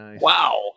Wow